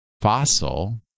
Fossil